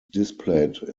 displayed